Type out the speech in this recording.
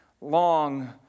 long